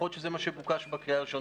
יכול להיות שזה מה שהתבקש בקריאה הראשונה.